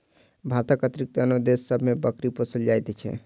भारतक अतिरिक्त आनो देश सभ मे बकरी पोसल जाइत छै